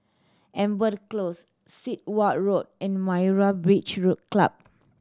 Amber Close Sit Wah Road and Myra Beach Club